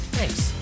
Thanks